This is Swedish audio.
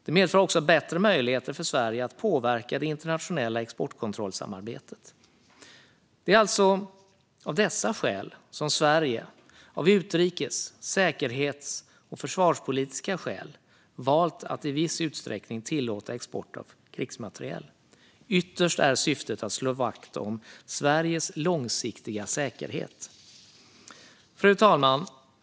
Det medför också bättre möjligheter för Sverige att påverka det internationella exportkontrollsamarbetet. Det är alltså av denna anledning som Sverige av utrikes, säkerhets och försvarspolitiska skäl valt att i viss utsträckning tillåta export av krigsmateriel. Ytterst är syftet att slå vakt om Sveriges långsiktiga säkerhet. Fru talman!